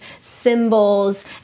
symbols